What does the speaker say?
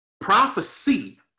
prophecy